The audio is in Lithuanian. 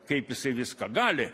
kaip jisai viską gali